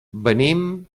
venim